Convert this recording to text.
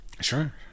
Sure